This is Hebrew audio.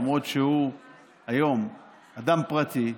אף על פי שהוא היום אדם פרטי,